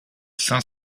cinq